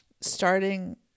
starting